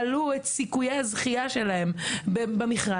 אטרקטיביות שיעלו את סיכויי הזכייה שלהם במכרז,